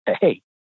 Hey